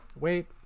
wait